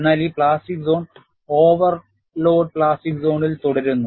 എന്നാൽ ഈ plastic zone overload plastic സോണിൽ തുടരുന്നു